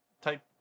type